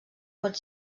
pot